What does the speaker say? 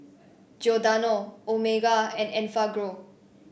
Giordano Omega and Enfagrow